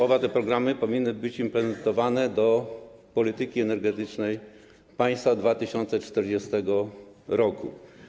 Oba te programy powinny być implementowane do polityki energetycznej państwa 2040 r.